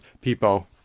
people